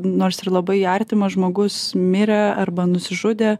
nors ir labai artimas žmogus mirė arba nusižudė